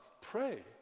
pray